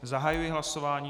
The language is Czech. Zahajuji hlasování.